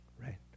Right